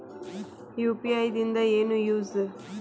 UPI ದಿಂದ ಏನು use?